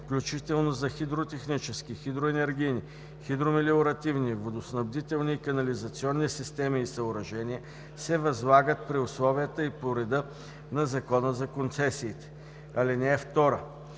включително за хидротехнически, хидроенергийни, хидромелиоративни, водоснабдителни и канализационни системи и съоръжения, се възлагат при условията и по реда на Закона за концесиите. (2)